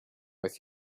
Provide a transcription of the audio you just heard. with